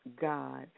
God